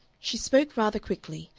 she spoke rather quickly,